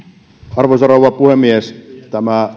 arvoisa rouva puhemies tämä